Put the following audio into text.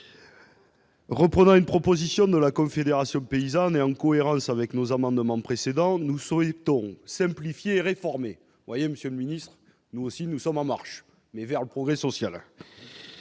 Reprenant une proposition de la Confédération paysanne, et en cohérence avec nos amendements précédents, nous souhaitons simplifier et réformer. Vous voyez, monsieur le ministre, que nous aussi, nous sommes en marche, ... Bravo !... mais vers le progrès social